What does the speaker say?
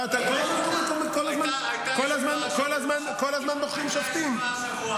כל הזמן בוחרים שופטים.